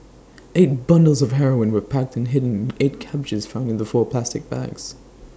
eight bundles of heroin were packed and hidden in eight cabbages found in the four plastic bags